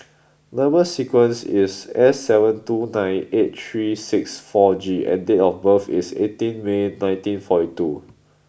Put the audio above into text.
number sequence is S seven two nine eight three six four G and date of birth is eighteen May and nineteen forty two